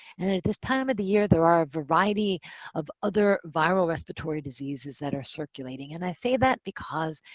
and at this time of the year, there are a variety of other viral respiratory diseases that are circulating. and i say that because